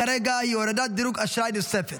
ההצעה כרגע היא הורדת דירוג אשראי נוספת.